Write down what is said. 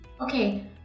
Okay